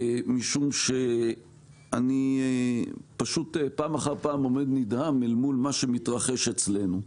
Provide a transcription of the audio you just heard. משום שאני פשוט פעם אחר פעם עומד נדהם אל מול מה שמתרחש אצלנו.